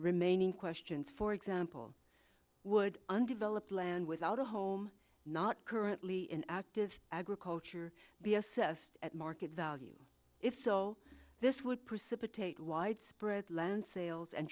remaining questions for example would undeveloped land without a home not currently active agriculture be assessed at market value if so this would precipitate widespread land sales and